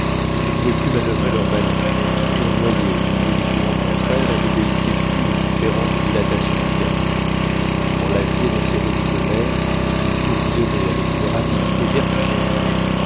ils ne pouvaient plus manuvrer leur ballon qui tournoyait au milieu des courants contraires et n'obéissait plus aux différentes dilatations du gaz enlacé dans ces remous de l'air il tourbillonnait avec une rapidité vertigineuse